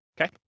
Okay